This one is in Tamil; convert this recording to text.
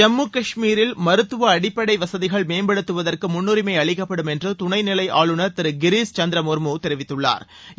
ஜம்மு கஷ்மீரில் மருத்துவ அடிப்படை வசதிகள் மேம்படுத்துவதற்கு முன்னுரிமை அளிக்கப்படும் என்று துணை நிலை ஆளுநர் திரு கிரிஸ் சந்திர முர்மு தெரிவித்துள்ளாா்